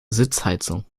sitzheizung